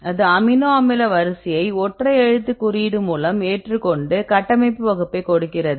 அது அமினோ அமில வரிசையை ஒற்றை எழுத்து குறியீடு மூலம் ஏற்றுக்கொண்டு கட்டமைப்பு வகுப்பை கொடுக்கிறது